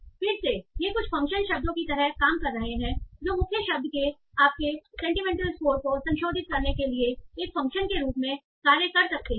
तो फिर से ये कुछ फ़ंक्शन शब्दों की तरह काम कर रहे हैं जो मुख्य शब्द के आपके सेंटीमेंटल स्कोर को संशोधित करने के लिए एक फ़ंक्शन के रूप में कार्य कर सकते हैं